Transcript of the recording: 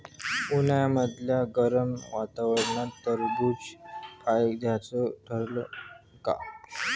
उन्हाळ्यामदल्या गरम वातावरनात टरबुज फायद्याचं ठरन का?